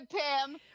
Pam